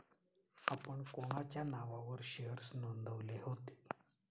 आपण कोणाच्या नावावर शेअर्स नोंदविले होते?